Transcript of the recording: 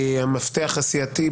המפתח הסיעתי,